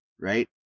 Right